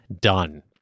done